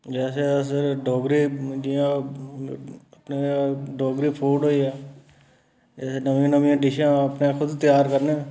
अस डोगरे जि'यां अपने डोगरी फूड होई गेआ नमियां नमियां डिशां अपने खुद त्यार करने